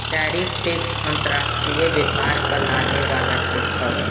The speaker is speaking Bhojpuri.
टैरिफ टैक्स अंतर्राष्ट्रीय व्यापार पर लागे वाला टैक्स हवे